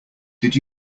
did